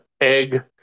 Egg